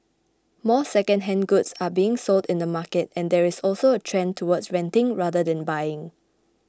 more secondhand goods are being sold in the market and there is also a trend towards renting rather than buying